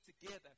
together